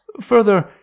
Further